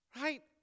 Right